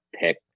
pick